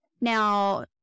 now